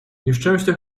nieszczęścia